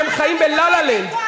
אתם חיים ב"לה לה לנד".